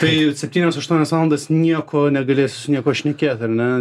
tai septynias aštuonias valandas nieko negalėsi su niekuo šnekėt ar ne